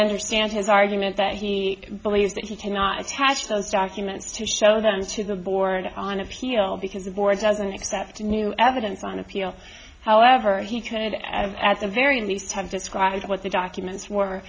understand his argument that he believes that he cannot attach those documents to show them to the board on appeal because the board doesn't accept new evidence on appeal however he traded at the very least have described what the documents were